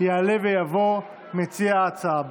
יעלה ויבוא מציע ההצעה.